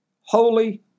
holy